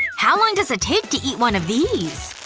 how long does it take to eat one of these?